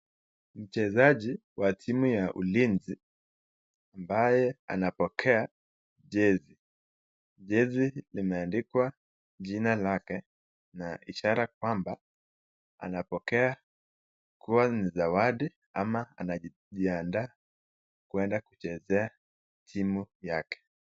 Mchezaji wa timu ya ulinzi, ambaye anapokea jezi. Jezi limeandikwa jina lake na ishara kwamba anapokea kuwa ni zawadi, ama anajiandaa kwenda kuchezea timu yake.